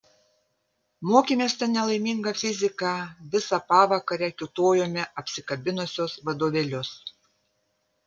mokėmės tą nelaimingą fiziką visą pavakarę kiūtojome apsikabinusios vadovėlius